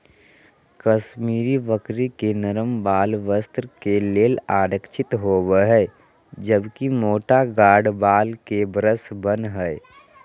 कश्मीरी बकरी के नरम वाल वस्त्र के लेल आरक्षित होव हई, जबकि मोटा गार्ड वाल के ब्रश बन हय